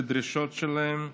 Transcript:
לדרישות שלהם,